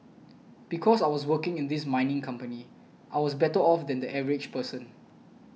because I was working in this mining company I was better off than the average person